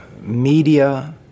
media